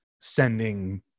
sending